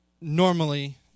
normally